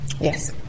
Yes